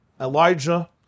Elijah